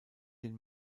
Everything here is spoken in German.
den